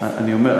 אני אומר,